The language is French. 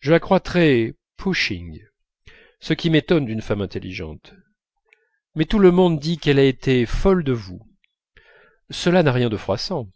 je la crois très pushing ce qui m'étonne d'une femme intelligente mais tout le monde dit qu'elle a été folle de vous cela n'a rien de froissant